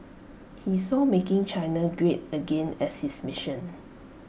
he saw making China great again as his mission